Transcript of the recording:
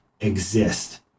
exist